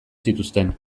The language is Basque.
zituzten